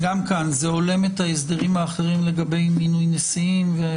גם כאן זה הולם את ההסדרים האחרים לגבי מינוי נשיאים?